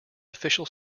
official